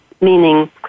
meaning